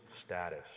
status